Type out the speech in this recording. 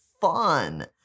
fun